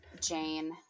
Jane